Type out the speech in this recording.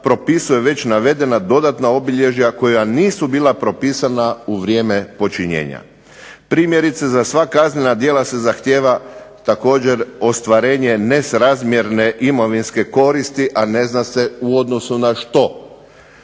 propisuje već navedena dodatna obilježja koja nisu bila propisana u vrijeme počinjenja. Primjerice, za sva kaznena djela se zahtjeva također ostvarenje nesrazmjerne imovinske koristi, a ne zna se u odnosu na što.